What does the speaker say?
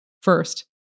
First